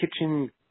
Kitchen